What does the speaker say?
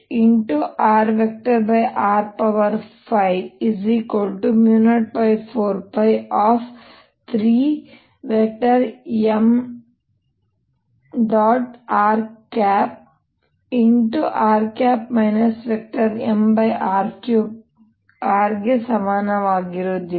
rr mr3 r ಗೆ ಸಮನಾಗಿರುವುದಿಲ್ಲ